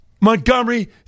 Montgomery